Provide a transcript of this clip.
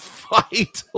fight